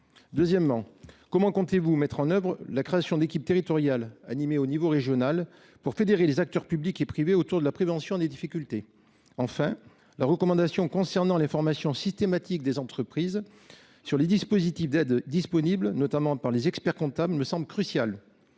Deuxièmement, comment comptez-vous mettre en œuvre la création d'équipes territoriales animées au niveau régional pour fédérer les acteurs publics et privés autour de la prévention des difficultés ? Enfin, la recommandation concernant les formations systématiques des entreprises sur les dispositifs d'aide disponibles, notamment par les experts comptables, me semble cruciale.